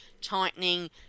tightening